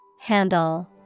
Handle